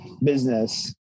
business